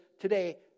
today